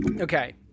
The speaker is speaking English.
Okay